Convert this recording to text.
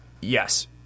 Yes